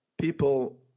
people